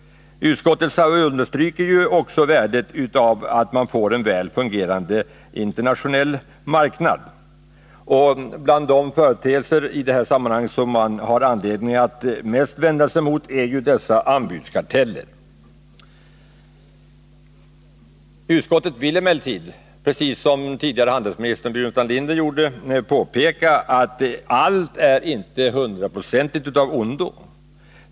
Utskottet understryker också värdet av att man får en väl fungerande internationell marknad. Bland de företeelser som man i de här sammanhangen har den största anledningen att vända sig mot är anbudskartellerna. Utskottet vill emellertid, precis som förutvarande handelsminister Burenstam Linder gjorde, påpeka att allt inte är hundraprocentigt av ondo.